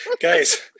guys